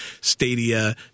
Stadia